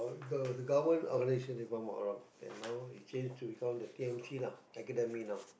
the the government organisation if I'm not wrong then now it change to some of the t_n_c lah academic now